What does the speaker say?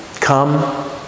come